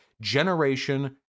generation